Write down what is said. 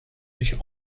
sich